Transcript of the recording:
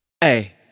Hey